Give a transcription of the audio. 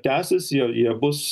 tęsiasi joje bus